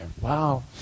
Wow